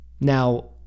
Now